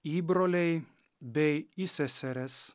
įbroliai bei įseserės